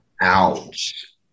Ouch